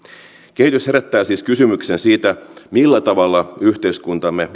kehitys herättää siis kysymyksen siitä millä tavalla yhteiskuntamme